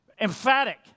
Emphatic